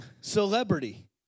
celebrity